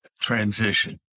Transition